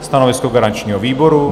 Stanovisko garančního výboru?